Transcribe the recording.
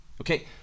Okay